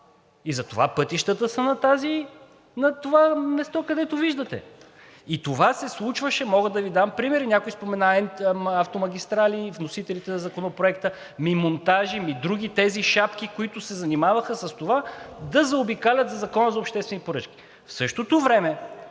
Затова пътищата са на това място, където виждате. Това се случваше и мога да Ви дам примери. Някой спомена „Автомагистрали“, вносителите на Законопроекта, ами „Монтажи“, ами други? Тези шапки, които са занимаваха с това да заобикалят Закона за обществените поръчки. В същото време